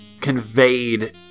conveyed